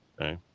Okay